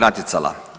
natjecala.